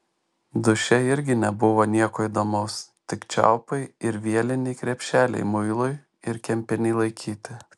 duše irgi nebuvo nieko įdomaus tik čiaupai ir vieliniai krepšeliai muilui ir kempinei laikyti